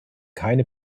keine